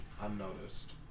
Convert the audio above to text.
unnoticed